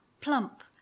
plump